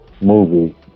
movie